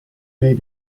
may